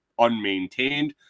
unmaintained